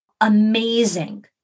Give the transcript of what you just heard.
amazing